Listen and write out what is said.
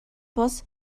бус